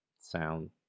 sound